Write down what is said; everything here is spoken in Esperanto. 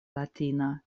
latina